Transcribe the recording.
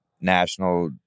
national